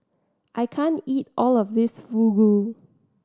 I can't eat all of this Fugu